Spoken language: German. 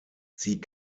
sie